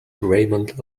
raymond